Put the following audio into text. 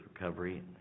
recovery